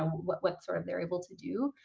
um what what sort of they're able to do.